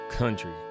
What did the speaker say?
Country